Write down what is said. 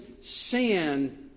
sin